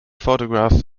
photographs